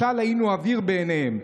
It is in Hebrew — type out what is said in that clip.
משל היינו אוויר בעיניהם.